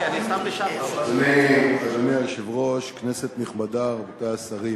אדוני היושב-ראש, כנסת נכבדה, רבותי השרים,